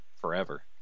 forever